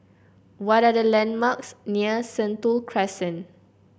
what are the landmarks near Sentul Crescent